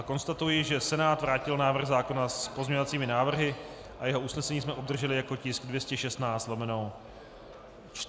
Konstatuji, že Senát vrátil návrh zákona s pozměňovacími návrhy a jeho usnesení jsme obdrželi jako tisk 216/4.